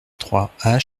trois